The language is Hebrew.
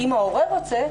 אם ההורה רוצה,